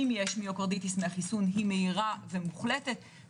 אם יש מיוקרדיטיס מהחיסון היא מהירה ומוחלטת,